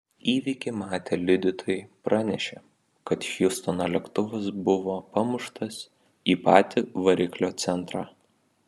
įvykį matę liudytojai pranešė kad hjustono lėktuvas buvo pamuštas į patį variklio centrą